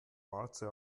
warze